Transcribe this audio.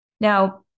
Now